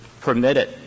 permitted